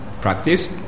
practice